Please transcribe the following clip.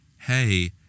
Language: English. hey